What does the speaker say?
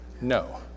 No